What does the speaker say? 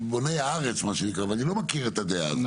מבוני הארץ מה שנקרא, ואני לא מכיר את הדעה הזאת.